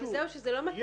אבל זהו שזה לא מתנות.